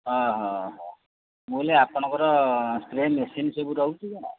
ହଁ ହଁ ହଁ ମୁଁ କହିଲି ଆପଣଙ୍କର ସ୍ପ୍ରେ ମେସିନ୍ ସବୁ ରହୁଛି କଣ